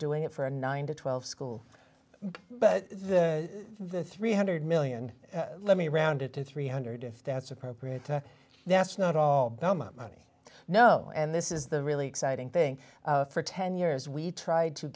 doing it for a nine to twelve school but the three hundred million let me round it to three hundred if that's appropriate that's not all bama money no and this is the really exciting thing for ten years we tried to